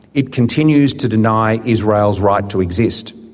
it continues to deny israel's right to exist.